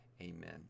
Amen